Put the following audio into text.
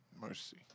Mercy